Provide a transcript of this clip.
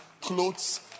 clothes